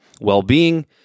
well-being